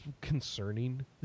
concerning